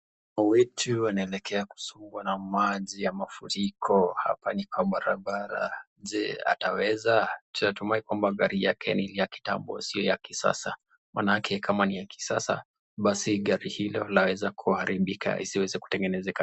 Watu wanaelekea kusombwa na maji ya mafuriko. Hapa ni kwa barabara. Je, ataweza? Tunatumai kwamba gari yake ni ile ya kitambo sio ya kisasa. Maanake kama ni ya kisasa basi gari hilo laweza kuharibika lisiweze kutengenezeka.